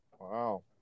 wow